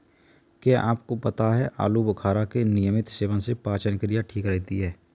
क्या आपको पता है आलूबुखारा के नियमित सेवन से पाचन क्रिया ठीक रहती है?